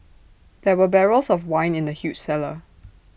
there were barrels of wine in the huge cellar